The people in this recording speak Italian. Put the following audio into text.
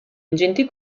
ingenti